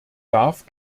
darf